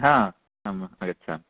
हा आम् आगच्छामि